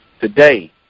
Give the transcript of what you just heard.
Today